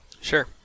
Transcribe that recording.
Sure